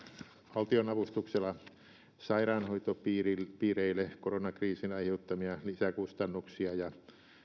valtionavustuksella sairaanhoitopiireille koronakriisin aiheuttamia lisäkustannuksia ja